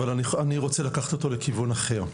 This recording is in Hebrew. אבל אני רוצה לקחת אותו לכיוון אחר.